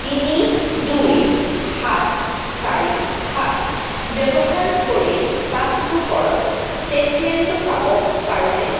তিনি দুই সাত চাৰি সাত ব্যৱহাৰ কৰি পাছবুকৰ ষ্টেটমেণ্টটো চাব পাৰোঁনে